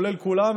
כולל כולם,